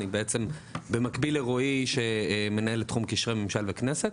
אני בעצם מקביל לרועי שמנהל את תחום קשרי ממשל וכנסת.